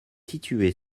située